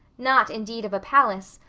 not indeed of a palace,